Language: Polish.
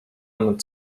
nad